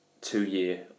two-year